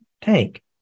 tank